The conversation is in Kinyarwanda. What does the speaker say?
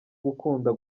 gukunda